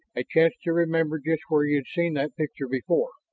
a chance to remember just where he had seen that picture before.